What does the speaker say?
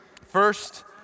first